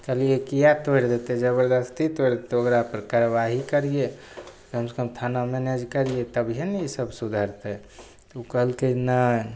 कहलिए किएक तोड़ि देतै जबरदस्ती तोड़ि देतै ओकरापर कार्रवाई करिए कमसे कम थाना मैनेज करिए तभिए ने ईसब सुधरतै तऽ ओ कहलकै नहि